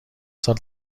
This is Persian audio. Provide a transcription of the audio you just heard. سال